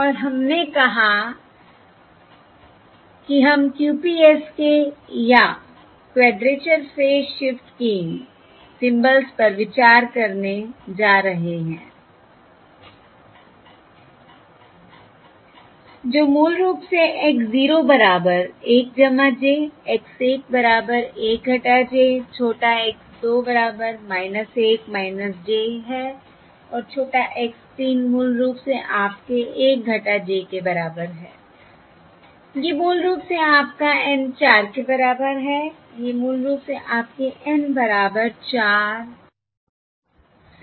और हमने कहा कि हम QPSK या quadrature phase shift keying symbols पर विचार करने जा रहे हैं जो मूल रूप से x 0 बराबर 1 j x 1 बराबर 1 j छोटा x 2 बराबर 1 j है और छोटा x 3 मूल रूप से आपके 1 j के बराबर है ये मूल रूप से आपका N 4 के बराबर हैं ये मूल रूप से आपके N बराबर 4 सिम्बल हैं